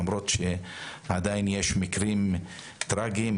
למרות שעדיין יש מקרים טראגיים,